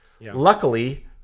Luckily